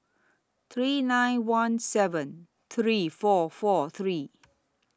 three nine one seven three four four three